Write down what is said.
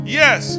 yes